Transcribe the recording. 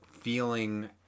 feeling